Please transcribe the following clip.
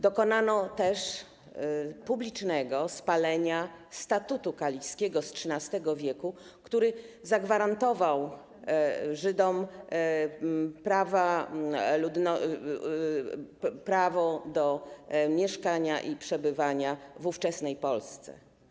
Dokonano też publicznego spalenia statutu kaliskiego z XIII w., który zagwarantował Żydom prawo do mieszkania i przebywania w ówczesnej Polsce.